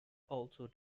also